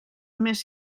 més